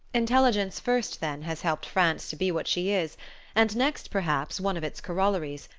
intelligence first, then, has helped france to be what she is and next, perhaps, one of its corollaries,